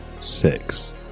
Six